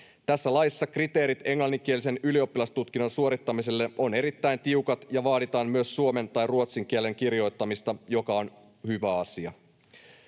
Tässä laissa kriteerit englanninkielisen ylioppilastutkinnon suorittamiselle ovat erittäin tiukat ja vaaditaan myös suomen tai ruotsin kielen kirjoittamista, mikä on hyvä asia.